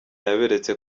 yaberetse